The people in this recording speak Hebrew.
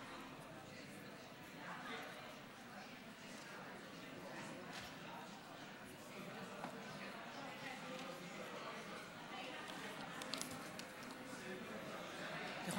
אתה יכול